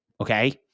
Okay